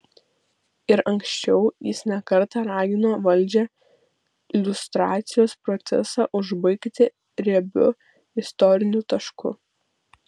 ir anksčiau jis ne kartą ragino valdžią liustracijos procesą užbaigti riebiu istoriniu tašku